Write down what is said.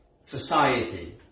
society